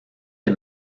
des